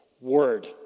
word